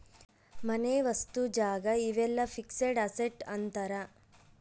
ಮನೆ ವಸ್ತು ಜಾಗ ಇವೆಲ್ಲ ಫಿಕ್ಸೆಡ್ ಅಸೆಟ್ ಅಂತಾರ